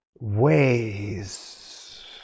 Ways